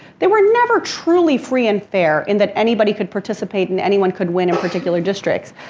they were never truly free and fair in that anybody could participate, and anyone could win in particular districts,